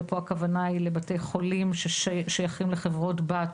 ופה הכוונה היא לבתי חולים ששייכים לחברות בת,